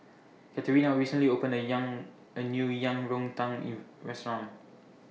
Katerina recently opened A Yang A New Yang Rou Tang in Restaurant